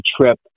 trip